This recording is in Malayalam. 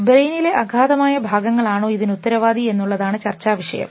ബ്രെയിനിലെ അഗാധമായ ഭാഗങ്ങൾ ആണോ ഇതിനുത്തരവാദി എന്നുള്ളതാണ് ചർച്ചാവിഷയം